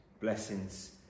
blessings